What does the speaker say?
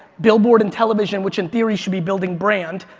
billboard and television, which in theory should be building brand,